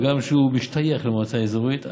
הגם שהוא משתייך למועצה אזורית,